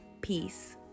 peace